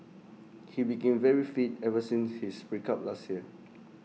he became very fit ever since his break up last year